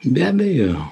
be abejo